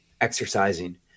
exercising